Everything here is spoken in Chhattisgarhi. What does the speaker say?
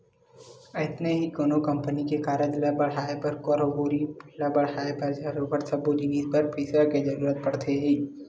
अइसने ही कोनो कंपनी के कारज ल बड़हाय बर कारोबारी ल बड़हाय बर बरोबर सबे जिनिस बर पइसा के जरुरत पड़थे ही